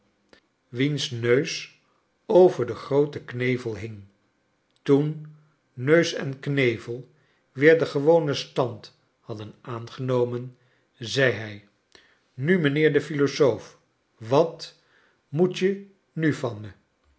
wiens neus over den grooten knevel hing toen neus en knevel weer den gewonen stand hadden aangenomen zei hij nu mijnheer de philosoof wat moet je nu van me